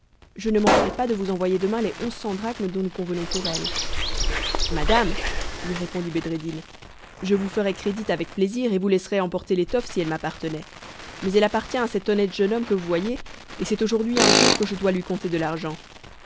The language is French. je ne manquerai pas de vous envoyer demain les onze cents drachmes dont nous convenons pour elle madame lui répondit bedreddin je vous ferais crédit avec plaisir et vous laisserais emporter l'étoffe si elle m'appartenait mais elle appartient à cet honnête jeune homme que vous voyez et c'est aujourd'hui un jour que je dois lui compter de l'argent